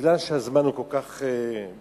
בגלל שהזמן כל כך קצר